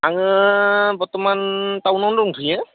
आङो बर्थमान टाउनआवनो दंथ'यो